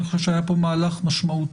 אני חושב שהיה פה מהלך משמעותי,